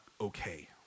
okay